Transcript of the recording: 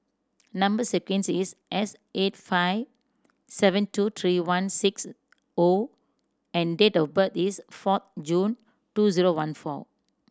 number sequence is S eight five seven two three one six O and date of birth is four June two zero one four